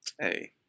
Hey